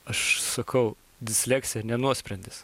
aš sakau disleksija ne nuosprendis